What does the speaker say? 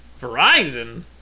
Verizon